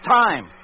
time